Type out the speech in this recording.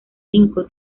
cinco